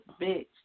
bitch